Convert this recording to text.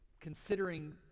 considering